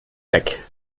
weg